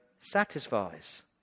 satisfies